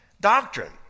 doctrine